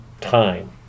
time